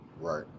Right